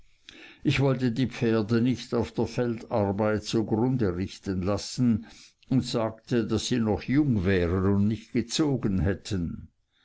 ich wollte die pferde nicht auf der feldarbeit zugrunde richten lassen und sagte daß sie noch jung wären und nicht gezogen hätten